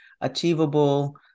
achievable